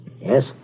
Yes